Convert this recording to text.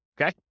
Okay